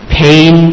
pain